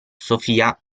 sophia